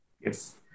Yes